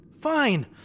Fine